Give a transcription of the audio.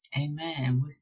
Amen